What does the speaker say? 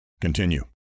Continue